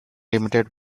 limited